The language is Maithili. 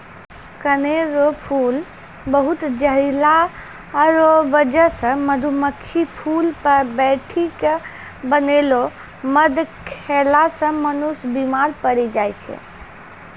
कनेर रो फूल बहुत जहरीला रो बजह से मधुमक्खी फूल पर बैठी के बनैलो मध खेला से मनुष्य बिमार पड़ी जाय छै